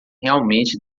realmente